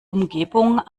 umgebung